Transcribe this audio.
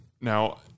Now